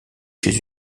chez